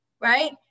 right